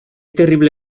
terrible